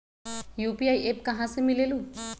UPI app कहा से मिलेलु?